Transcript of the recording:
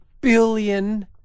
billion